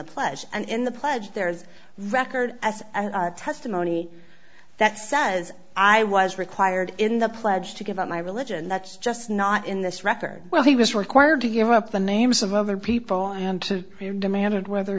the pledge and in the pledge there is record as testimony that says i was required in the pledge to give up my religion that's just not in this record well he was required to give up the names of other people and demanded whether